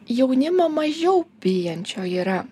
jaunimo mažiau bijančio yra